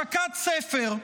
השקת ספר.